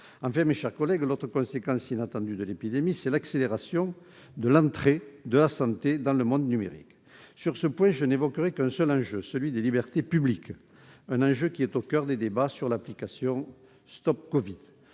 Enfin, mes chers collègues, une autre conséquence inattendue de l'épidémie, c'est l'accélération de l'entrée de la santé dans le monde numérique. Sur ce point, je n'évoquerai qu'un seul enjeu, celui des libertés publiques, qui est au coeur des débats sur l'application StopCovid.